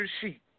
sheep